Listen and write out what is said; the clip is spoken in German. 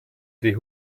die